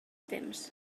temps